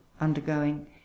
Undergoing